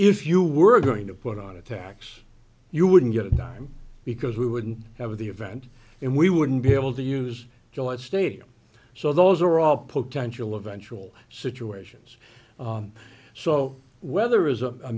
if you were going to put on a tax you wouldn't get a dime because we wouldn't have the event and we wouldn't be able to use gillette stadium so those are all potential eventual situations so weather is a